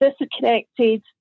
disconnected